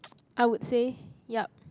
I would say yup